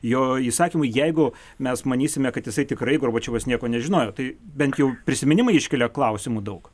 jo įsakymui jeigu mes manysime kad jisai tikrai gorbačiovas nieko nežinojo tai bent jau prisiminimai iškelia klausimų daug